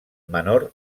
menor